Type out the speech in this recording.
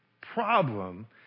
problem